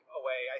away